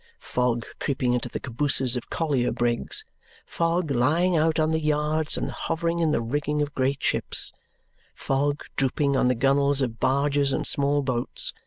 fog creeping into the cabooses of collier-brigs fog lying out on the yards and hovering in the rigging of great ships fog drooping on the gunwales of barges and small boats.